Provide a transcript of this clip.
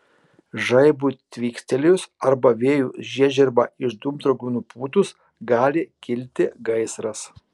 žaibui tvykstelėjus arba vėjui žiežirbą iš dūmtraukių nupūtus gali kilti gaisras